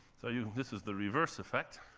so yeah this is the reverse effect.